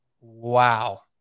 Wow